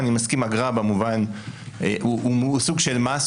אני מסכים שאגרה במובן הוא סוג של מס,